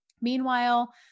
Meanwhile